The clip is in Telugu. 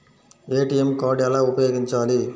ఏ.టీ.ఎం కార్డు ఎలా ఉపయోగించాలి?